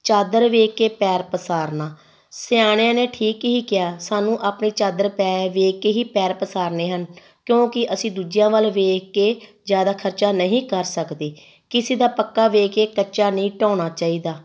ਚਾਦਰ ਵੇਖ ਕੇ ਪੈਰ ਪਸਾਰਨਾ ਸਿਆਣਿਆਂ ਨੇ ਠੀਕ ਹੀ ਕਿਹਾ ਸਾਨੂੰ ਆਪਣੀ ਚਾਦਰ ਪੈ ਵੇਖ ਕੇ ਹੀ ਪੈਰ ਪਸਾਰਨੇ ਹਨ ਕਿਉਂਕਿ ਅਸੀਂ ਦੂਜਿਆਂ ਵੱਲ ਵੇਖ ਕੇ ਜ਼ਿਆਦਾ ਖਰਚਾ ਨਹੀਂ ਕਰ ਸਕਦੇ ਕਿਸੇ ਦਾ ਪੱਕਾ ਵੇਖ ਕੇ ਕੱਚਾ ਨਹੀਂ ਢਾਉਣਾ ਚਾਹੀਦਾ